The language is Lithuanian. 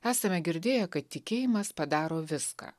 esame girdėję kad tikėjimas padaro viską